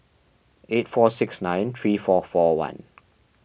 eight four six nine three four four one